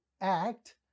act